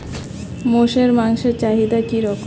মোষের মাংসের চাহিদা কি রকম?